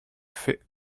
fait